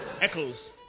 Eccles